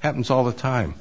happens all the time